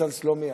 ניסן סלומינסקי.